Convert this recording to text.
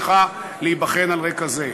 צריכה להיבחן על רקע זה.